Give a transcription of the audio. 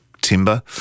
timber